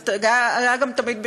זה היה גם תמיד בשם: